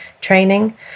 training